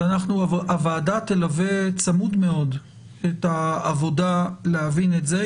הוועדה תלווה צמוד מאוד את העבודה להבין את זה,